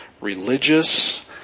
religious